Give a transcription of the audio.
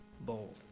bold